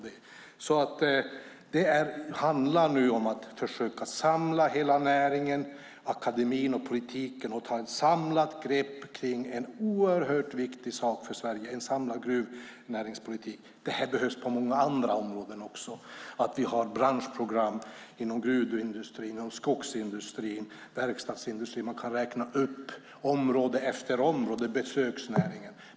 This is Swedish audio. Det handlar om att försöka samla hela näringen, akademien och politiken och ta ett samlat grepp runt en oerhört viktig sak för Sverige, nämligen en samlad gruvnäringspolitik. Det här behövs på många andra områden också, till exempel branschprogram inom gruvindustrin, skogsindustrin och verkstadsindustrin. Jag kan räkna upp område efter område, till exempel besöksnäringen.